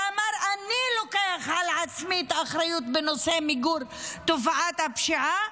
ואמר: אני לוקח על עצמי את האחריות בנושא מיגור תופעת הפשיעה,